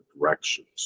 directions